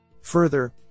Further